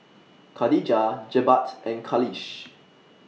Khadija Jebat and Khalish